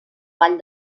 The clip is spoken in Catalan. vall